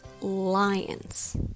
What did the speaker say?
lions